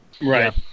Right